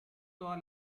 toda